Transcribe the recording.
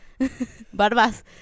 Barbas